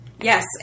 Yes